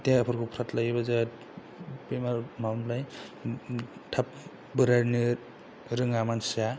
देहाफोरखौ फ्राथ लायोबा जोंहा बेमार मा होनो मोनलाय थाब बोरायनो रोङा मानसिया